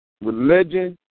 religion